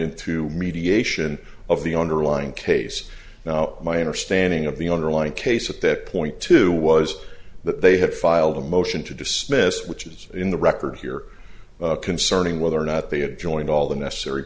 into mediation of the underlying case now my understanding of the underlying case at that point two was that they had filed a motion to dismiss which is in the record here concerning whether or not they had joined all the necessary